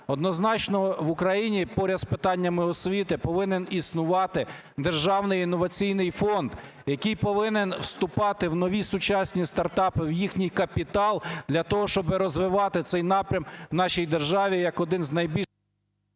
однозначно в Україні поряд з питаннями освіти повинен існувати державний інноваційний фонд, який повинен вступати в нові сучасні стартапи, в їхній капітал для того, щоби розвивати цей напрям в нашій державі як один з …